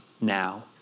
now